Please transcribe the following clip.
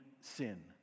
sin